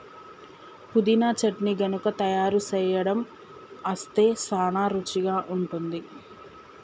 పుదీనా చట్నీ గనుక తయారు సేయడం అస్తే సానా రుచిగా ఉంటుంది